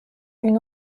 une